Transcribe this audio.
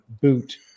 BOOT